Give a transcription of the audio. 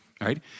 right